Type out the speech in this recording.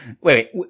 Wait